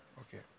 Okay